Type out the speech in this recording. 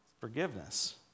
Forgiveness